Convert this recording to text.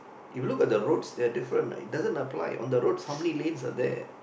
if you look at the roads they're different like it doesn't apply on the roads how many lanes are there